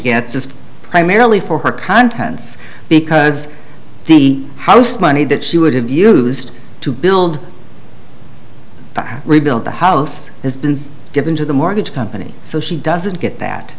gets is primarily for her contents because the house money that she would have used to build rebuild the house has been given to the mortgage company so she doesn't get that